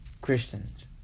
Christians